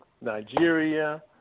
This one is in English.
Nigeria